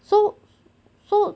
so so